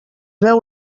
veu